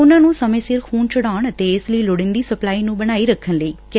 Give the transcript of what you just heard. ਉਨਾਂ ਨੂੰ ਸੱਮੇਂ ਸਿਰ ਖੁਨ ਚੜਾਉਣ ਅਤੇ ਇਸ ਲਈ ਲੋਤੀਦੀ ਸਪਲਾਈ ਨੂੰ ਬਣਾਈ ਰੱਖਣ ਲਈ ਕਿਹਾ